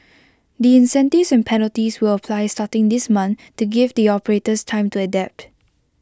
the incentives and penalties will apply starting this month to give the operators time to adapt